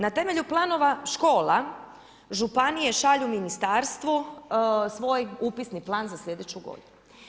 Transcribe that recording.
Na temelju planova škola, županije šalju ministarstvu svoj upisni plan za sljedeću godinu.